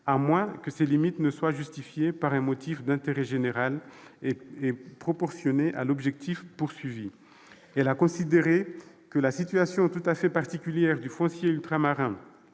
à moins que ces limites ne soient justifiées par un motif d'intérêt général et proportionnées à l'objectif poursuivi. Elle a considéré que la situation tout à fait particulière du foncier ultramarin